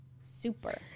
Super